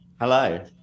hello